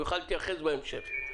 הוא יוכל להתייחס בהמשך.